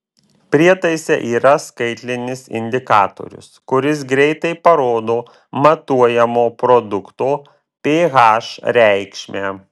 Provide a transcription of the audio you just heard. prietaise yra skaitlinis indikatorius kuris greitai parodo matuojamo produkto ph reikšmę